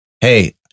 Hey